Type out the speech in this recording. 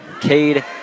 Cade